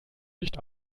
nicht